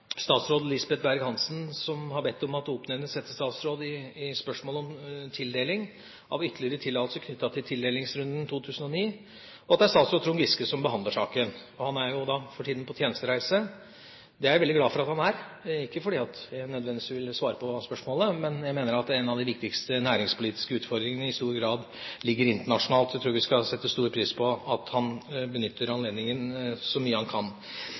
oppnevnes settestatsråd i spørsmålet om tildeling av ytterligere konsesjoner knyttet til tildelingsrunden 2009. Det er statsråd Trond Giske som behandler saken, og han er for tiden på tjenestereise. Det er jeg veldig glad for at han er, ikke nødvendigvis fordi jeg vil svare på spørsmålet, men jeg mener at det er en av de viktigste næringspolitiske utfordringene som i stor grad ligger internasjonalt. Jeg tror vi skal sette stor pris på at han benytter anledningen så mye han kan.